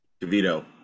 DeVito